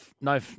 no